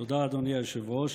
תודה, אדוני היושב-ראש.